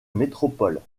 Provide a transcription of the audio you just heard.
métropole